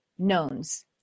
knowns